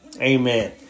Amen